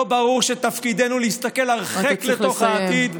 ברור שתפקידנו להסתכל הרחק לתוך העתיד?